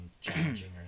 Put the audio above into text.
challenging